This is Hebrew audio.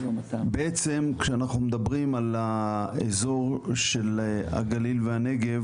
כאשר אנחנו מדברים על האזור של הגליל והנגב,